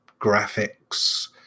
graphics